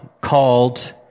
called